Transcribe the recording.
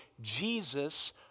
Jesus